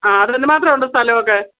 ആ അത് എന്തുമാത്രമുണ്ട് സ്ഥലം ഒക്കെ